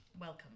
Welcome